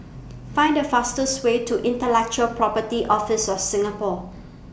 Find The fastest Way to Intellectual Property Office of Singapore